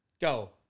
Go